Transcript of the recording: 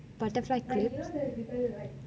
butterfly clips